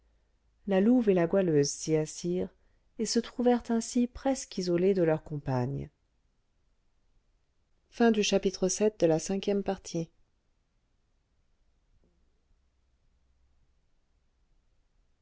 la louve et la goualeuse s'y assirent et se trouvèrent ainsi presque isolées de leurs compagnes